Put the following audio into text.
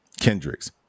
Kendrick's